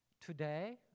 today